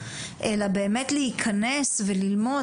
אלא באמת להיכנס וללמוד,